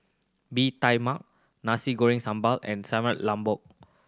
Bee Tai Mak Nasi Goreng Sambal and Sayur Lodeh